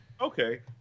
Okay